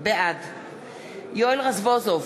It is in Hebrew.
בעד יואל רזבוזוב,